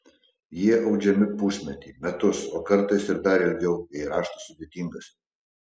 jie audžiami pusmetį metus o kartais ir dar ilgiau jei raštas sudėtingas